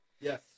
Yes